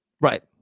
right